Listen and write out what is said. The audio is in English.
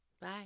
Bye